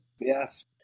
Yes